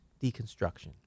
deconstruction